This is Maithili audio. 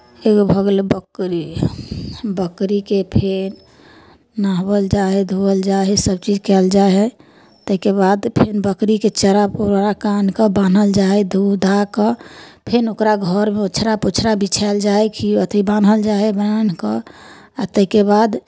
एगो भऽ गेलै बकरी बकरीकेँ फेन नहाओल जाइ हइ धुअल जाइ हइ सभचीज कयल जाइ हइ ताहिके बाद फेन बकरीके चरा उरा कऽ आनि कऽ बान्हल जाइ हइ धोऽ धाऽ कऽ फेन ओकरा घरमे ओछरा पोछरा बिछायल जाइ हइ खिअ अथि बान्हल जाइ हइ बान्हि कऽ आ ताहिके बाद